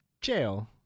jail